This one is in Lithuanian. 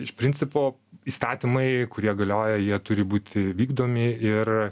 iš principo įstatymai kurie galioja jie turi būti vykdomi ir